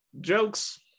jokes